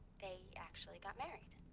they actually got married.